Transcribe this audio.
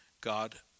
God